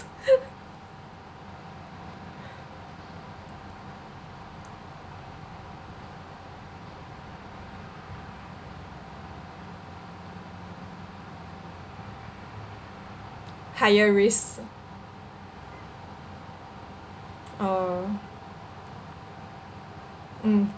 higher risk orh mm